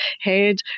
head